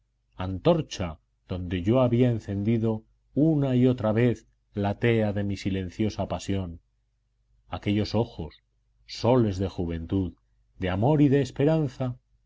antorcha donde yo había encendido una y otra vez la tea de mi silenciosa pasión aquellos ojos soles de juventud de amor y de esperanza